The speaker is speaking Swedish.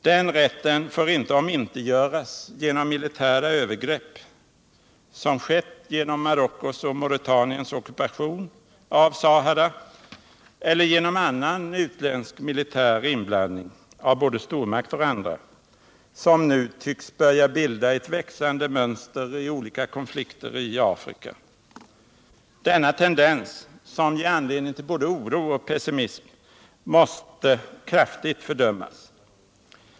Den rätten får inte omintetgöras genom militära övergrepp, som skett genom Marockos och Mauretaniens ockupation av Sahara, eller genom annan utländsk militär inblandning — av både stormakter och andra — som nu tycks börja bilda ett växande mönster i olika konflikter i Afrika. Denna tendens, som ger anledning till både oro och pessimism, måste kraftigt fördömas.